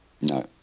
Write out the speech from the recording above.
No